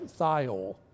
thiol